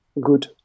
good